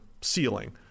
ceiling